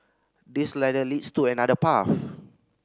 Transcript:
this ladder leads to another path